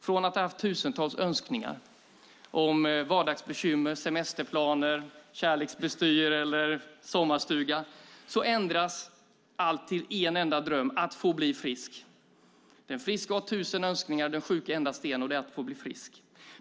Från att ha haft tusentals önskningar som gäller vardagsbekymmer, semesterplaner, kärleksbestyr eller sommarstuga ändras man till att ha bara en enda dröm, nämligen att få bli frisk. Den friske har tusen önskningar men den sjuke endast en, och den är att få bli frisk.